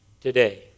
today